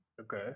Okay